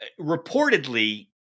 Reportedly